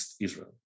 Israel